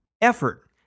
Effort